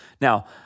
Now